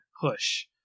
push